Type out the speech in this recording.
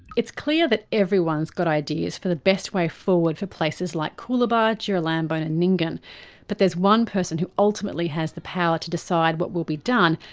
it's clear that everyone's got ideas for the best way forward for places like coolabah, girilambone and nynganbut but there's one person who ultimately has the power to decide what will be done,